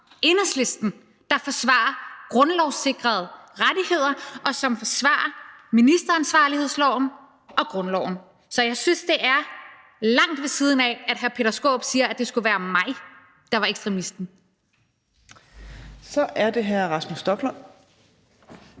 Enhedslisten, der forsvarer grundlovssikrede rettigheder, og som forsvarer ministeransvarlighedsloven og grundloven. Så jeg synes, det er langt ved siden af, når hr. Peter Skaarup siger, at det skulle være mig, der var ekstremisten. Kl. 12:59 Fjerde næstformand